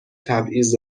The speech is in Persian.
تبعیض